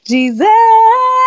Jesus